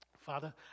Father